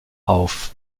auf